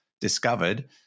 discovered